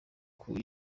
koko